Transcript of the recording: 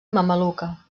mameluca